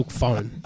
phone